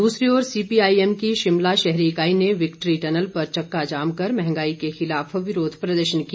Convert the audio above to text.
दूसरी ओर सीपीआईएम की शिमला शहरी इकाई ने विक्ट्री टनल पर चक्का जाम कर महंगाई के खिलाफ विरोध प्रकट किया